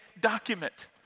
document